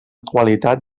qualitat